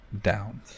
down